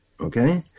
Okay